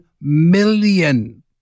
million